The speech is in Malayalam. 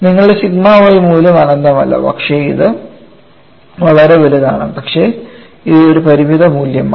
നിങ്ങളുടെ സിഗ്മ y മൂല്യം അനന്തമല്ല പക്ഷേ ഇത് വളരെ വലുതാണ് പക്ഷേ ഇത് ഒരു പരിമിത മൂല്യമാണ്